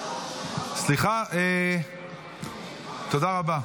סליחה, תודה רבה,